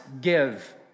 Give